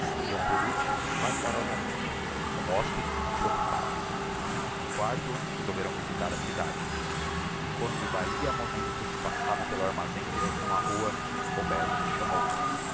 iam por ultimo vagarosamente como hospedes despreoccupados no quarto resolveram visitar a cidade e quando d'ahi a momentos passavam pelo armazém em direcção á rua roberto os chamou